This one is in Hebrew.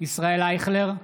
ישראל אייכלר,